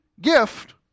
gift